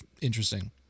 interesting